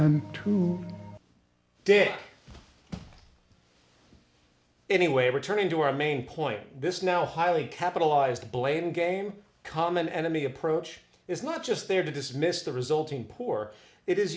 date anyway returning to our main point this now highly capitalized blame game common enemy approach is not just there to dismiss the resulting poor it is